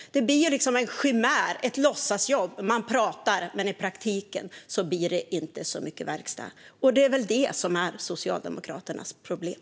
Det blir en chimär, ett låtsasjobb. Man pratar, men i praktiken blir det inte så mycket verkstad. Det är väl det som är Socialdemokraternas problem.